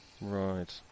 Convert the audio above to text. Right